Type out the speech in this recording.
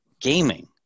gaming